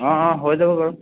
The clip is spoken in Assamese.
অঁ অঁ হৈ যাব বাৰু